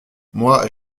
moi